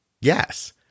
yes